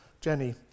Jenny